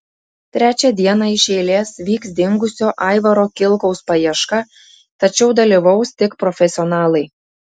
trečią dieną iš eilės vyks dingusio aivaro kilkaus paieška tačiau dalyvaus tik profesionalai